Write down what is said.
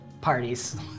parties